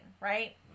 right